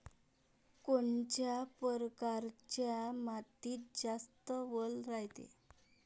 कोनच्या परकारच्या मातीत जास्त वल रायते?